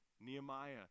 Nehemiah